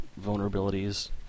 vulnerabilities